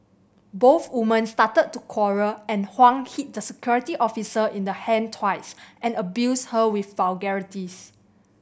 both women started to quarrel and Huang hit the security officer in the hand twice and abused her with vulgarities